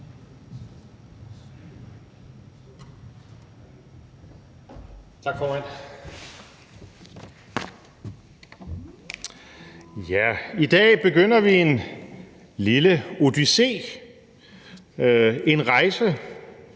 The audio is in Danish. I dag begynder vi en lille odyssé, en rejse